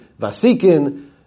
Vasikin